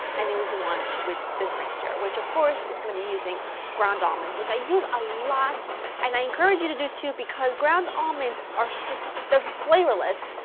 and it was the one with this mixture, which of course is going to be using ground almonds, which i use a lot and i encourage you to to too, because ground almonds are just, they're flavorless,